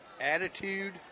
attitude